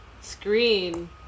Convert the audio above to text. screen